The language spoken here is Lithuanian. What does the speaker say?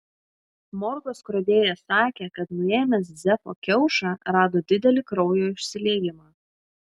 morgo skrodėjas sakė kad nuėmęs zefo kiaušą rado didelį kraujo išsiliejimą